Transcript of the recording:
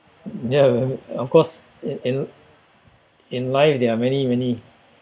ya of course in in in life there are many many